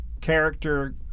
character